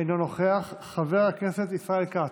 אינו נוכח, חבר הכנסת ישראל כץ,